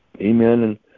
Amen